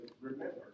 remember